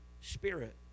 Spirit